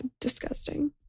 disgusting